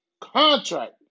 contract